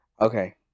Okay